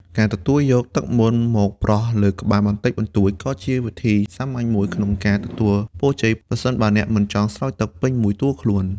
ការទទួលយកទឹកមន្តមកប្រោះលើក្បាលបន្តិចបន្តួច ក៏ជាវិធីសាមញ្ញមួយក្នុងការទទួលពរជ័យ ប្រសិនបើអ្នកមិនចង់ស្រោចទឹកពេញមួយតួខ្លួន។